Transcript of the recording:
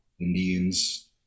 Indians